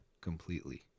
completely